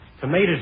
Tomatoes